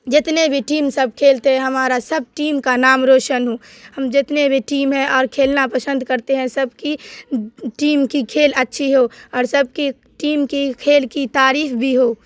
جتنے بھی ٹیم سب کھیلتے ہیں ہمارا سب ٹیم کا نام روشن ہو ہم جتنے بھی ٹیم ہیں اور کھیلنا پسند کرتے ہیں سب کی ٹیم کی کھیل اچھی ہو اور سب کی ٹیم کی کھیل کی تعریف بھی ہو